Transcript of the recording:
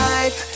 Life